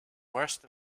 worst